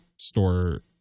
store